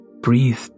breathe